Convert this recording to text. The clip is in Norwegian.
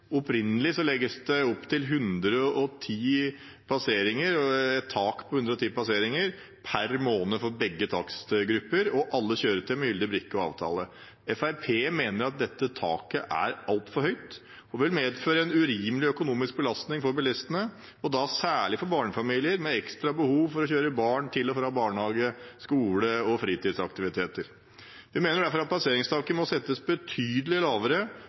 Opprinnelig legges det opp til et tak på 110 passeringer per måned for begge takstgrupper og alle kjøretøy med gyldig brikke og avtale. Fremskrittspartiet mener at dette taket er altfor høyt og vil medføre en urimelig økonomisk belastning for bilistene, og da særlig for barnefamilier med ekstra behov for å kjøre barn til og fra barnehage, skole og fritidsaktiviteter. Vi mener derfor at passeringstaket må settes betydelig lavere